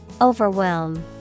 Overwhelm